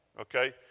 okay